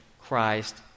Christ